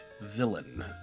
villain